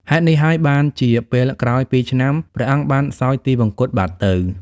ហេតុនេះហើយ បានជាពេលក្រោយពីរឆ្នាំ ព្រះអង្គបានសោយទិវង្គតបាត់ទៅ។